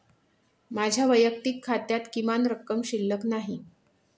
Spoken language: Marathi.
माझ्या वैयक्तिक खात्यात किमान रक्कम शिल्लक नाही